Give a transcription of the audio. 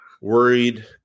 worried